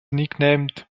nicknamed